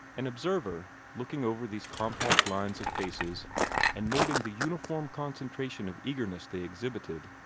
an observer, looking over these compact lines of faces and noting the uniform concentration of eagerness they exhibited,